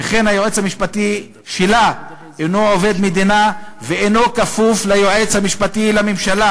וכן היועץ המשפטי שלה אינו עובד מדינה ואינו כפוף ליועץ המשפטי לממשלה,